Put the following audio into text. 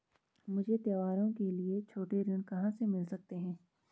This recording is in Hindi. मुझे त्योहारों के लिए छोटे ऋण कहाँ से मिल सकते हैं?